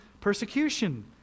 persecution